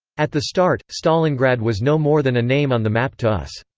at the start, stalingrad was no more than a name on the map to us.